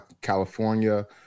California